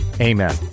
Amen